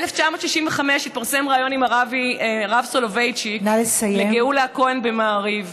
ב-1965 התפרסם ריאיון של הרב סולבייצ'יק עם גאולה כהן במעריב.